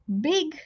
big